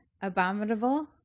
Abominable